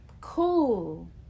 cool